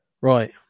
Right